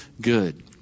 good